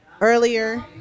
earlier